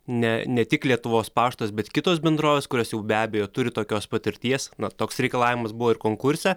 ne ne tik lietuvos paštas bet kitos bendrovės kurios jau be abejo turi tokios patirties na toks reikalavimas buvo ir konkurse